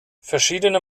verschiedene